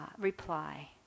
reply